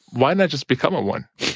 why not just become a one?